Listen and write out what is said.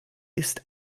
ist